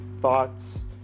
thoughts